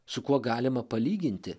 su kuo galima palyginti